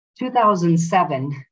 2007